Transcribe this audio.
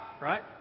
right